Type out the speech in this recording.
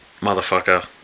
motherfucker